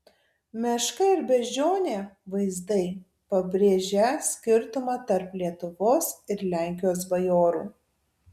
meška ir beždžionė vaizdai pabrėžią skirtumą tarp lietuvos ir lenkijos bajorų